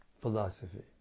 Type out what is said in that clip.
philosophy